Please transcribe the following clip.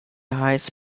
highest